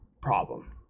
problem